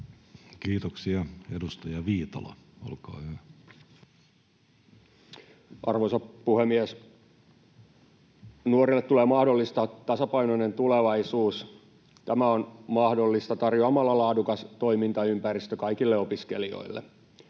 muuttamisesta Time: 18:39 Content: Arvoisa puhemies! Nuorille tulee mahdollistaa tasapainoinen tulevaisuus. Tämä on mahdollista tarjoamalla laadukas toimintaympäristö kaikille opiskelijoille.